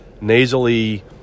nasally